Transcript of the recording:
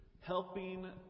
helping